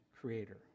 creator